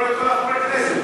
אני קורא לכל חברי הכנסת.